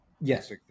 Yes